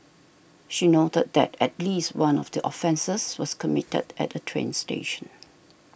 she noted that at least one of the offences was committed at a train station